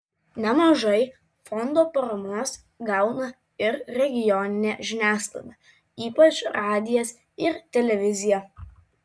nemažai fondo paramos gauna ir regioninė žiniasklaida ypač radijas ir televizija